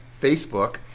Facebook